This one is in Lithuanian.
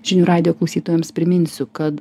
žinių radijo klausytojams priminsiu kad